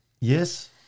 Yes